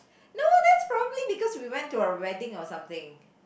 no that's probably because we went to our wedding or something